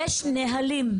יש נהלים.